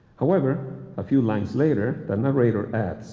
however, a few lines later, the narrator